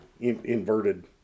inverted